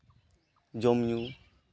ᱡᱚᱢᱼᱧᱩ